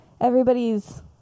Everybody's